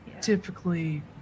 Typically